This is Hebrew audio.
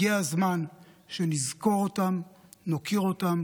הגיע הזמן שנזכור אותם, נוקיר אותם